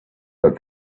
that